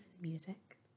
music